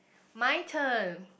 my turn